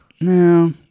No